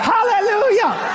Hallelujah